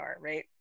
right